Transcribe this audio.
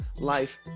life